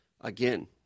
again